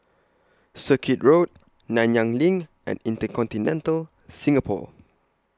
Circuit Road Nanyang LINK and InterContinental Singapore